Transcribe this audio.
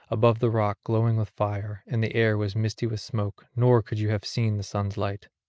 above the rock glowing with fire, and the air was misty with smoke, nor could you have seen the sun's light.